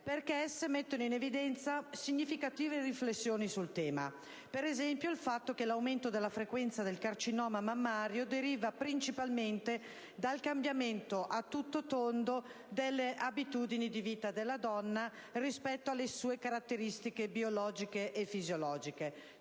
perché esse mettono in evidenza significative riflessioni sul tema: per esempio, il fatto che l'aumento della frequenza del carcinoma mammario deriva principalmente dal cambiamento a tutto tondo delle abitudini di vita della donna rispetto alle sue caratteristiche biologiche e fisiologiche,